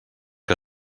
que